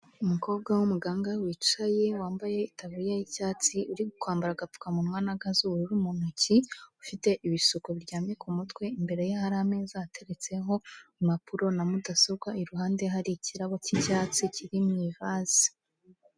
Umukobwa w'umuganga wicaye, wambaye itaburiya y'icyatsi, uri kwambara agapfukamunwa na ga z'ubururu mu ntoki, ufite ibisuko biryamye ku mutwe, imbere ye hari ameza ateretseho impapuro na mudasobwa, iruhande hari ikirabo cy'icyatsi kiri mu ivaze.